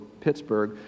Pittsburgh